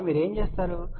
కాబట్టి మీరు ఏమి చేస్తారు